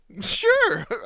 Sure